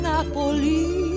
Napoli